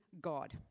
God